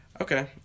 okay